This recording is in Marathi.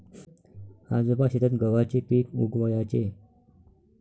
आजोबा शेतात गव्हाचे पीक उगवयाचे